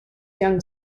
young